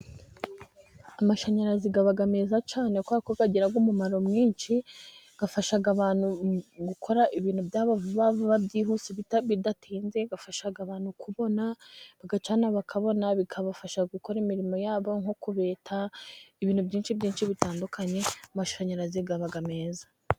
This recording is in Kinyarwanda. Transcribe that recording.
Amashanyarazi aba meza a cyane kubera ko agira umumaro mwinshi, afasha abantu gukora ibintu byabo vuba vuba, byihuse bidatinze, afasha abantu kubona, bagacana, bakabona, bikabafasha gukora imirimo yabo nko kubeta ibintu byinshi byinshi bitandukanyeA. mashanyarazi aba meza.